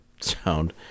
sound